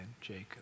Jacob